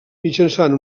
mitjançant